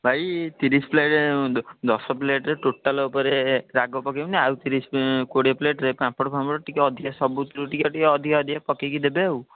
ଭାଇ ତିରିଶ ପ୍ଲେଟ୍ ଦଶ ପ୍ଲେଟ୍ରେ ଟୋଟଲ ଉପରେ ରାଗ ପକେଇବେନି ଆଉ କୋଡ଼ିଏ ପ୍ଲେଟ୍ରେ ପାମ୍ପଡ଼ ଫାମ୍ପଡ଼ ଟିକିଏ ଅଧିକା ସବୁଥିରୁ ଟିକିଏ ଟିକିଏ ଅଧିକା ଅଧିକା ପକାଇକି ଦେବେ ଆଉ